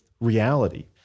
reality